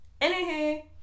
anywho